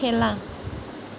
খেলা